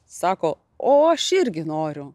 sako o aš irgi noriu